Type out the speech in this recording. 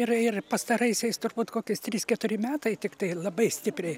ir ir pastaraisiais turbūt kokius trys keturi metai tiktai labai stipriai